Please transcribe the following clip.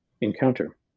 encounter